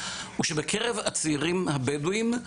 הוא שבקרב הצעירים הבדואים,